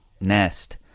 nest